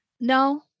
No